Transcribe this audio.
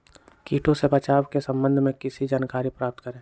किटो से बचाव के सम्वन्ध में किसी जानकारी प्राप्त करें?